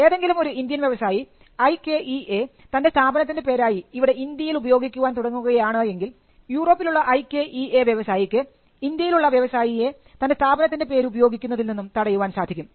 ഏതെങ്കിലും ഒരു ഇന്ത്യൻ വ്യവസായി ഐകെഇഎ തൻറെ സ്ഥാപനത്തിൻറെ പേരായി ഇവിടെ ഇന്ത്യയിൽ ഉപയോഗിക്കുവാൻ തുടങ്ങുകയാണ് എങ്കിൽ യൂറോപ്പിലുള്ള ഐകെഇഎ വ്യവസായിക്ക് ഇന്ത്യയിൽ ഉള്ള വ്യവസായിയെ തൻറെ സ്ഥാപനത്തിൻറെ പേര് ഉപയോഗിക്കുന്നതിൽ നിന്നും തടയുവാൻ സാധിക്കും